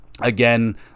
again